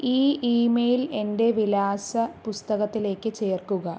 ഈ ഈമെയിൽ എൻ്റെ വിലാസ പുസ്തകത്തിലേക്ക് ചേർക്കുക